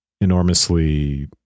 enormously